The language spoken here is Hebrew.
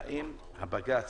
האם בג"ץ,